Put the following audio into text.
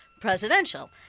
presidential